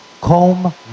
Comb